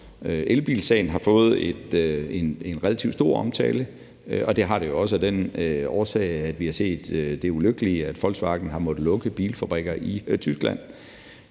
Elbilsagen har fået en relativt stor omtale, og det har den jo også den årsag, at vi har set det ulykkelige, at Volkswagen har måttet lukke bilfabrikker i Tyskland.